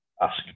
ask